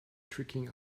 tricking